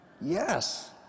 yes